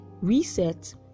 reset